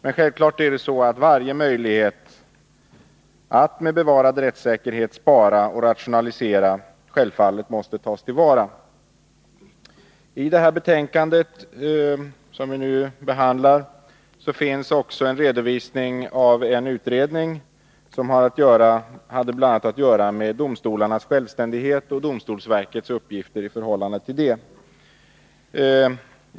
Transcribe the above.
Men självfallet måste varje 93 möjlighet att med bevarad rättssäkerhet spara och rationalisera tas till vara. I det betänkande som vi nu behandlar finns också en redovisning av en utredning som bl.a. hade att göra med domstolarnas självständighet och domstolsverkets uppgifter i förhållande till det.